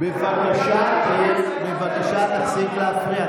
בבקשה, תפסיק להפריע.